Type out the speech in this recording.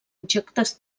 objectes